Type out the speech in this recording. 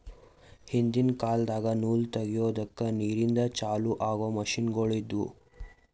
ಹಿಂದಿನ್ ಕಾಲದಾಗ ನೂಲ್ ತೆಗೆದುಕ್ ನೀರಿಂದ ಚಾಲು ಆಗೊ ಮಷಿನ್ಗೋಳು ಇದ್ದುವು